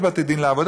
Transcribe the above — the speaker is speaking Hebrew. יש בתי דין לעבודה,